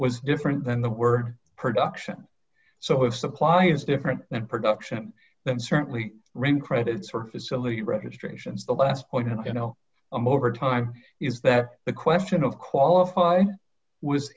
was different than the word production so if supply is different than production then certainly rain credits or facility registrations the last point you know i'm overtime is that the question of qualify was